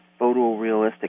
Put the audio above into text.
photorealistic